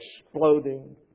exploding